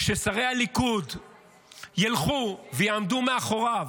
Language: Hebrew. כששרי הליכוד ילכו ויעמדו מאחוריו,